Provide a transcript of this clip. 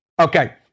Okay